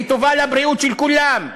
היא טובה לבריאות של כולם.